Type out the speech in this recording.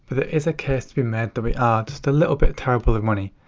but there is a case to be made that we are just a little bit terrible with money.